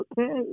okay